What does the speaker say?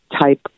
type